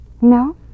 No